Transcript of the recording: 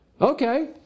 okay